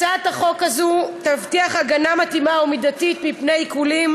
הצעת חוק זו תבטיח הגנה מתאימה ומידתית מפני עיקולים